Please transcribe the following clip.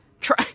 try